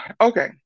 Okay